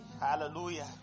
Hallelujah